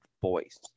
voice